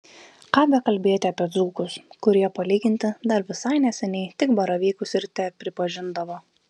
ką bekalbėti apie dzūkus kurie palyginti dar visai neseniai tik baravykus ir tepripažindavo